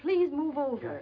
please move over